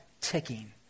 ticking